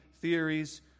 theories